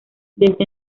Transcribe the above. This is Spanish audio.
desde